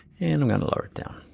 and i'm going to lower it down.